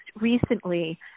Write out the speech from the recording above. recently